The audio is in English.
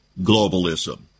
globalism